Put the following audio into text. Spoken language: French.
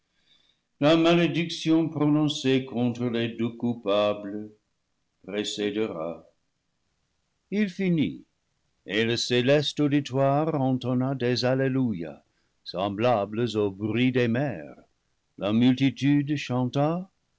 la malédiction pronon cée contre les deux coupables précédera il finit et le céleste auditoire entonna des alleluia semblables au bruit des mers la multitude chanta